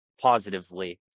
positively